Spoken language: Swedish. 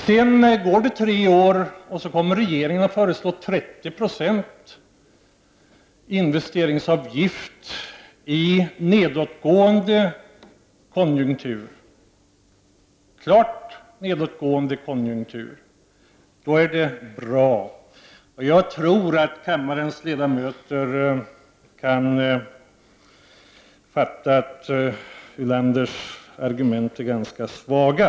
Men tre år därefter föreslår den socialdemokratiska regeringen en 30-procentig investeringsavgift på kontorsbyggandet, och det gör man i en klart nedåtgående konjunktur. Då är det tydligen bra. Jag tror att kammarens ledamöter förstår att Lars Ulanders argument är ganska svaga.